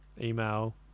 email